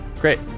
Great